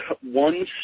one